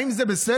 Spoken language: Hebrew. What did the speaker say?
האם זה בסדר?